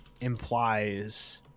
implies